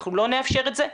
אנחנו לא נאפשר את זה.